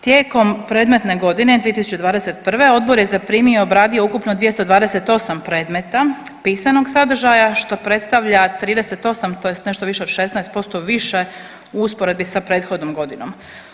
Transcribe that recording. Tijekom predmetne godine 2021. odbor je zaprimio i obradio ukupno 228 predmeta pisanog sadržaja što predstavlja 38 tj. nešto više od 16% više u usporedbi sa prethodnom godinom.